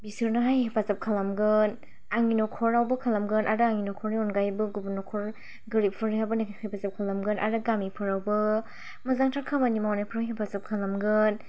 बिसोरनोहाय हेफाजाब खालामगोन आंनि नखरावबो खालामगोन आरो आंनि नखरनि अनगायैबो गुबुन नखर गोरिब नखरफोरनि हेफाजाब खालामगोन आरो गामिफोरावबो मोजांथार खामानि मावनायाव हेफाजाब खालामगोन